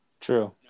True